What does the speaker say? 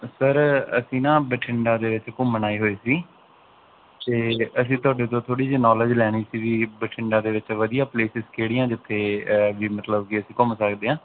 sir ਅਸੀਂ ਨਾ ਬਠਿੰਡਾ ਦੇ ਵਿੱਚ ਘੁੰਮਣ ਆਏ ਹੋਏ ਸੀ ਅਤੇ ਅਸੀਂ ਤੁਹਾਡੇ ਤੋਂ ਥੋੜ੍ਹੀ ਜਿਹੀ ਨੌਲੇਜ ਲੈਣੀ ਸੀਗੀ ਬਠਿੰਡਾ ਦੇ ਵਿੱਚ ਵਧੀਆ ਪਲੇਸਿਜ਼ ਕਿਹੜੀਆਂ ਜਿੱਥੇ ਵੀ ਮਤਲਬ ਕਿ ਅਸੀਂ ਘੁੰਮ ਸਕਦੇ ਹਾਂ